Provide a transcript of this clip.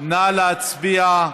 נא להצביע.